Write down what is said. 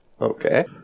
Okay